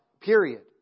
Period